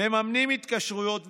מממנים התקשרויות וחוזים,